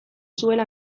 zuela